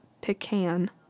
pecan